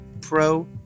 Pro